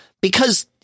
because-